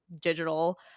digital